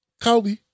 Kobe